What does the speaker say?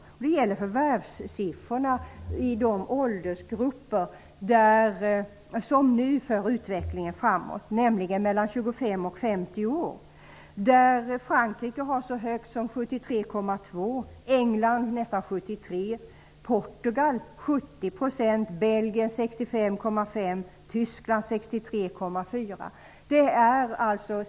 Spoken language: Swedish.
Siffrorna gäller förvärvsfrekvensen i de åldersgrupper som för utvecklingen framåt, nämligen åldersgruppen 25-- 50 år. Frankrike har en så hög siffra som 73,2 %, 65,5 % och Tyskland har 63,4 %.